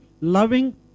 loving